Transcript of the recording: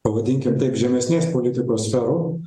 pavadinkim taip žemesnės politikos sferų